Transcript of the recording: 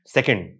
Second